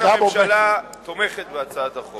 לכן, הממשלה תומכת בהצעת החוק.